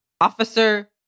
officer